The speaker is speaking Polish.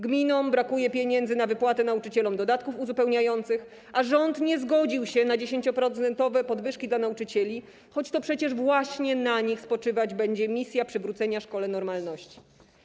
Gminom brakuje pieniędzy na wypłatę nauczycielom dodatków uzupełniających, a rząd nie zgodził się na 10-procentowe podwyżki dla nauczycieli, choć to przecież właśnie na nich spoczywać będzie misja przywrócenia szkole normalności.